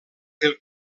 pel